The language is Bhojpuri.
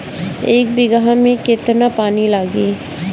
एक बिगहा में केतना पानी लागी?